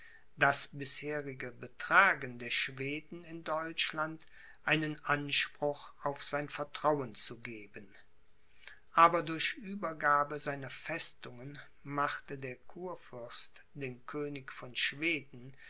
das bisherige betragen der schweden in deutschland einen anspruch auf sein vertrauen zu geben aber durch uebergabe seiner festungen machte der kurfürst den könig von schweden